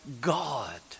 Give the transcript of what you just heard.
God